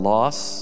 loss